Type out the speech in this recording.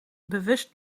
bewust